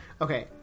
okay